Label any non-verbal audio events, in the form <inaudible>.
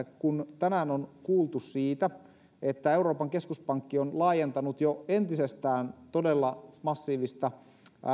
<unintelligible> kun tänään on kuultu siitä että euroopan keskuspankki on laajentanut jo entisestään todella massiivista